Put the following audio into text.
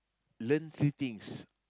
learn few things